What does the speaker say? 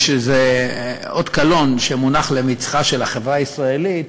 וזה אות קלון על מצחה של החברה הישראלית,